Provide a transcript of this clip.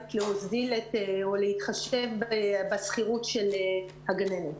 להוזיל או להתחשב בדמי השכירות של הגננת.